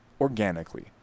organically